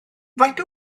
faint